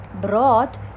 brought